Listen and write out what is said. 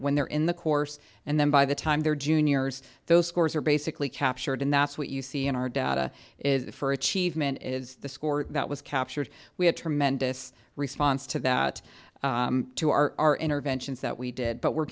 when they're in the course and then by the time they're juniors those scores are basically captured and that's what you see in our data is that for achievement is the score that was captured we had tremendous response to that to our interventions that we did but we